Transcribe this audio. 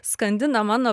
skandina mano